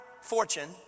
fortune